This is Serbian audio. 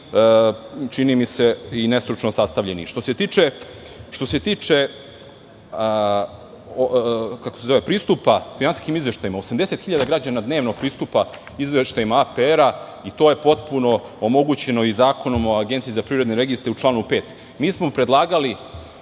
čini mi se, i nestručno sastavljeni. Što se tiče pristupa finansijskim izveštajima, 80.000 građana dnevno pristupa izveštajima APR i to je potpuno omogućeno i Zakonom o Agenciji za privredne registre, u članu 5. Mi smo predlagali,